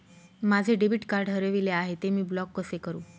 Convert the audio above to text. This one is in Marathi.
माझे डेबिट कार्ड हरविले आहे, ते मी ब्लॉक कसे करु?